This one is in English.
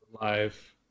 live